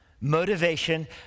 motivation